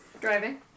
driving